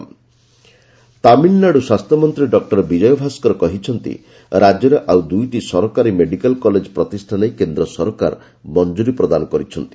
tin medical college Tamil Nadu ସ୍ୱାସ୍ଥ୍ୟମନ୍ତ୍ରୀ doctor Vijayabaskar କହିଛନ୍ତି ରାଜ୍ୟରେ ଆଉ ଦୁଇଟି ସରକାରୀ ମେଡ଼ିକାଲ କଲେଜ ପ୍ରତିଷ୍ଠା ନେଇ କେନ୍ଦ୍ର ସରକାର ମଂକୁରି ପ୍ରଦାନ କରିଛନ୍ତି